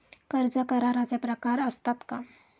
कर्ज कराराचे प्रकार असतात का?